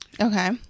Okay